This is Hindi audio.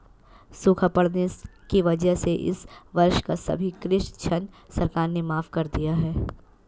सूखा पड़ने की वजह से इस वर्ष का सभी कृषि ऋण सरकार ने माफ़ कर दिया है